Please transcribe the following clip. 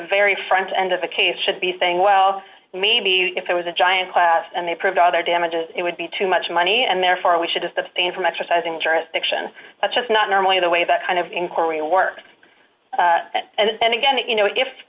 very front end of the case should be saying well maybe if it was a giant class and they proved other damages it would be too much money and therefore we should just abstain from exercising jurisdiction that's just not normally the way that kind of inquiry work and again that you know if